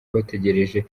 bategereje